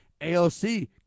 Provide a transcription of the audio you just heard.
AOC